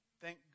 Thank